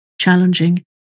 challenging